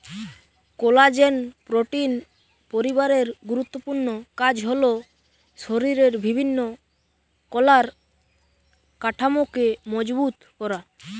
collagen protein পরিবারের গুরুত্বপূর্ণ কাজ হল শরিরের বিভিন্ন কলার কাঠামোকে মজবুত করা